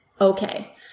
okay